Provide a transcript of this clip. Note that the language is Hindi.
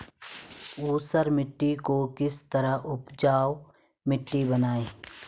ऊसर मिट्टी को किस तरह उपजाऊ मिट्टी बनाएंगे?